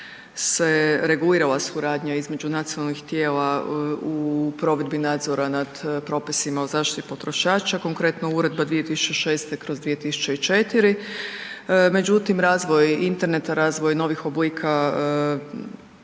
se regulirala suradnja između nacionalnih tijela u provedbi nadzora nad propisima o zaštiti potrošača. Konkretno Uredba 2006/2004, međutim, razvoj interneta, razvoj novih oblika